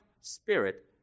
spirit